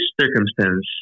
circumstance